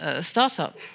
startup